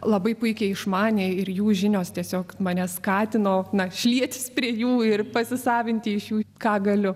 labai puikiai išmanė ir jų žinios tiesiog mane skatino na šlietis prie jų ir pasisavinti iš jų ką galiu